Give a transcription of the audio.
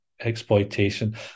exploitation